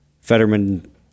Fetterman